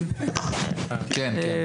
כן.